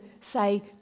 say